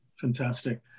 fantastic